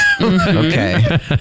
Okay